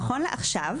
נכון לעכשיו,